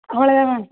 அவ்வளோ தான் மேம்